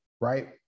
right